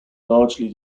largely